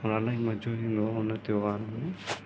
और इलाही मज़ो ईंदो आहे उन त्योहार में